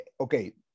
okay